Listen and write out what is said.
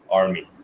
army